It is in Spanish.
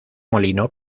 molino